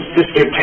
Sister